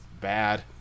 bad